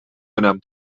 önem